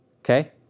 Okay